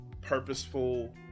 purposeful